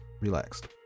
relaxed